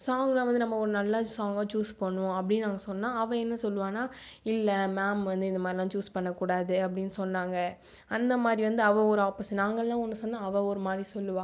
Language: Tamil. சாங்லாம் வந்து நம்ம ஒன்று நல்ல சாங்காக சூஸ் பண்ணுவோம் அப்டின்னு நாங்கள் சொன்னால் அவள் என்ன சொல்லுவாள்னா இல்லை மேம் வந்து இந்த மாரிலாம் சூஸ் பண்ணக் கூடாது அப்படின் சொன்னாங்க அந்தமாதிரி வந்து அவள் ஒரு ஆப்போசிட் நாங்கெள்லாம் ஒன்று சொன்னால் அவள் ஒருமாதிரி சொல்லுவாள்